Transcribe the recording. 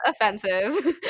offensive